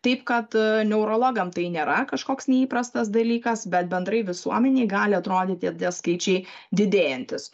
taip kad a neurologam tai nėra kažkoks neįprastas dalykas bet bendrai visuomenei gali atrodyti tie skaičiai didėjantys